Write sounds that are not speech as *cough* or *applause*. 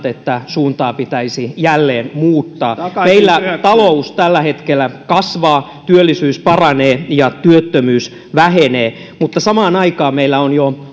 *unintelligible* että suuntaa pitäisi jälleen muuttaa meillä talous tällä hetkellä kasvaa työllisyys paranee ja työttömyys vähenee mutta samaan aikaan meidän on jo